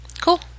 Cool